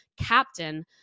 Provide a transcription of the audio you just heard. captain